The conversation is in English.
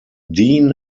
dean